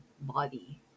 body